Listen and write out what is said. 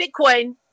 Bitcoin